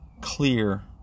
clear